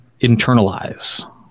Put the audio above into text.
internalize